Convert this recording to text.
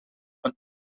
een